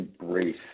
embrace